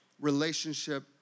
relationship